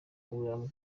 willy